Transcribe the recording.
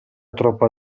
troppa